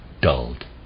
dulled